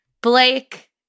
Blake